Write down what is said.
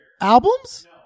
Albums